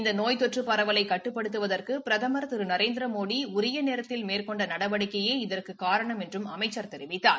இந்த நோய் தொற்று பரவலை கட்டுப்படுத்துவதற்கு பிரதம் திரு நரேந்திரமோடி உரிய நேரத்தில் மேற்கொண்ட நடவடிக்கையே இதற்குக் காரணம் என்றும் அமைச்சர் தெரிவித்தார்